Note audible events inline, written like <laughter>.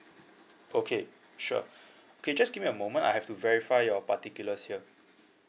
okay sure <breath> okay just give me a moment I have to verify your particulars here